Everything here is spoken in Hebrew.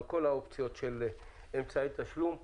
על כל האופציות של אמצעי תשלום.